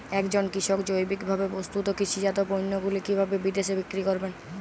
একজন কৃষক জৈবিকভাবে প্রস্তুত কৃষিজাত পণ্যগুলি কিভাবে বিদেশে বিক্রি করবেন?